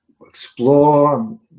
explore